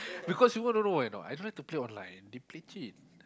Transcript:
because you want to know why or not I don't like to play online they play cheat